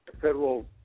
Federal